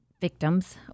victims